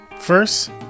First